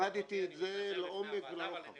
אני למדתי את זה לעומק ולרוחב.